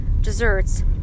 desserts